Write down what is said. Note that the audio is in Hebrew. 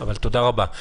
תודה רבה.